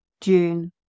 June